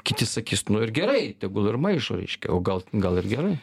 kiti sakys nu ir gerai tegul ir maišo reiškia o gal gal ir gerai